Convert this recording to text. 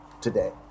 today